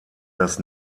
das